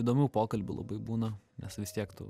įdomių pokalbių labai būna nes vis tiek tu